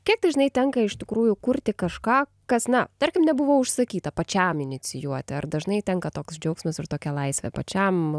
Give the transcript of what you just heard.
kiek dažnai tenka iš tikrųjų kurti kažką kas na tarkim nebuvo užsakyta pačiam inicijuoti ar dažnai tenka toks džiaugsmas ir tokia laisvė pačiam